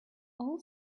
all